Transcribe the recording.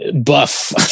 buff